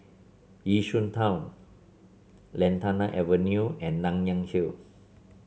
Yishun Town Lantana Avenue and Nanyang Hill